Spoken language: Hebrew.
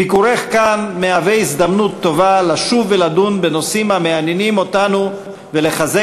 ביקורך כאן מהווה הזדמנות טובה לשוב ולדון בנושאים המעניינים אותנו ולחזק